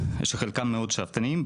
שחלקם מאוד שאפתניים,